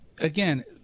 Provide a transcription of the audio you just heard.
again